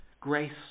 Grace